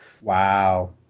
Wow